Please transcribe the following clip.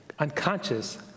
Unconscious